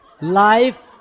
Life